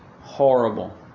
horrible